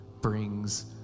brings